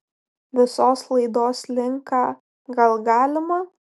visos laidos linką gal galima